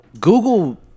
Google